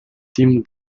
tim